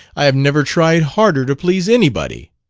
i have never tried harder to please anybody.